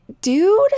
dude